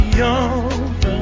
young